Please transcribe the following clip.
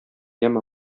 яме